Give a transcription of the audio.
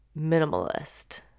minimalist